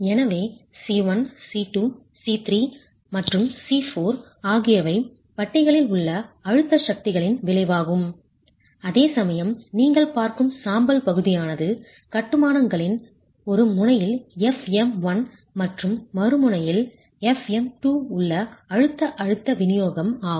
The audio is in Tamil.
எனவே C1 C2 C3 மற்றும் C4 ஆகியவை பட்டிகளில் உள்ள அழுத்த சக்திகளின் விளைவாகும் அதேசமயம் நீங்கள் பார்க்கும் சாம்பல் பகுதியானது கட்டுமானங்களில் ல் ஒரு முனையில் fm1 மற்றும் மறுமுனையில் fm2 உள்ள அழுத்த அழுத்த விநியோகம் ஆகும்